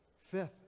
Fifth